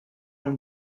and